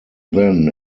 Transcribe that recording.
then